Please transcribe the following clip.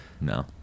No